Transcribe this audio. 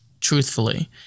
truthfully